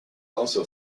also